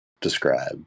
describe